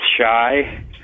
shy